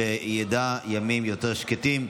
שידע ימים יותר שקטים.